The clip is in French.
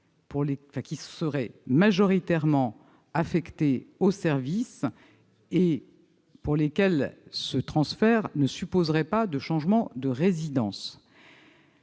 les salariés majoritairement affectés au service et pour lesquels ce transfert ne supposerait pas de changement de résidence.